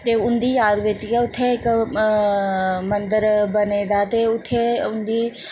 ते उं'दी याद बिच्च गै उत्थें इक मंदर बने दा ते उत्थें उं'दी